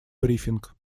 брифинг